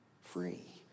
free